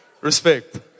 Respect